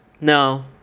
no